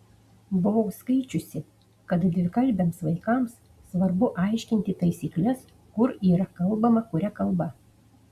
buvau skaičiusi kad dvikalbiams vaikams svarbu aiškinti taisykles kur yra kalbama kuria kalba